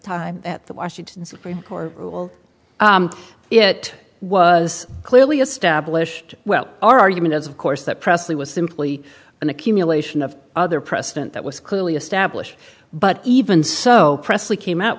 time at the washington supreme court rule it was clearly established well our argument is of course that presley was simply an accumulation of other precedent that was clearly established but even so presley came out